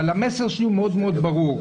המסר שלי הוא מאוד מאוד ברור.